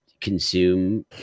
consume